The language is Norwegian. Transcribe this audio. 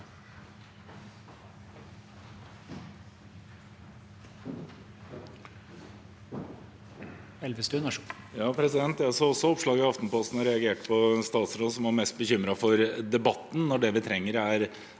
Jeg så også oppslaget i Aftenposten og reagerte på en statsråd som var mest bekymret for debatten når det vi trenger er